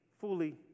fully